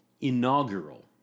inaugural